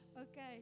Okay